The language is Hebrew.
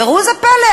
וראו זה פלא,